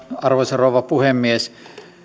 arvoisa rouva puhemies